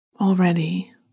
Already